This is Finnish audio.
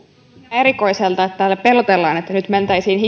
erikoiselta että täällä pelotellaan että nyt mentäisiin